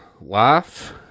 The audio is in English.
life